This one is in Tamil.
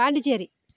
பாண்டிச்சேரி